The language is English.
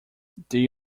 they